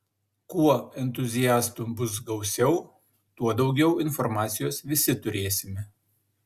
kuo entuziastų bus gausiau tuo daugiau informacijos visi turėsime